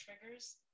triggers